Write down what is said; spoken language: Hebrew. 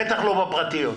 בטח לא בחברות הפרטיות.